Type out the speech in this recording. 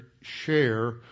share